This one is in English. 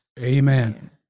Amen